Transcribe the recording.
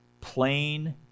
Plain